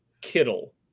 Kittle